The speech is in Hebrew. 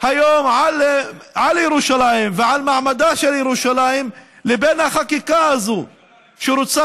היום על ירושלים ועל מעמדה של ירושלים לבין החקיקה הזאת שרוצה